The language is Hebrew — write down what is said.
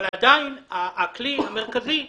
אבל עדיין הכלי המרכזי הוא,